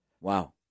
Wow